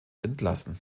entlassen